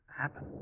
happen